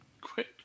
Quit